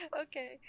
Okay